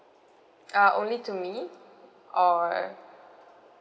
uh only to me or